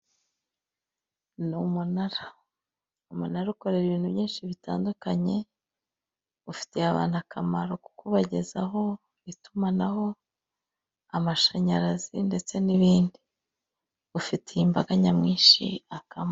Ni umunara; umunara ukora ibintu byinshi bitandukanye ufitiye abantu akamaro kuba ubagezaho itumanaho, amashanyarazi ndetse n'ibindi, ufitiye imbaga nyamwinshi akamaro.